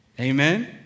Amen